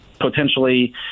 Potentially